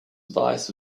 advice